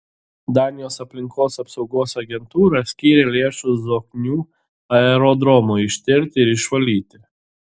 danijos aplinkos apsaugos agentūra skyrė lėšų zoknių aerodromui ištirti ir išvalyti